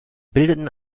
bildeten